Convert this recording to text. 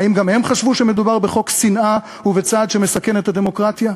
האם גם הם חשבו שמדובר בחוק שנאה ובצעד שמסכן את הדמוקרטיה?